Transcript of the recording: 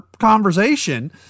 conversation